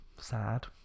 sad